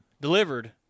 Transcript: delivered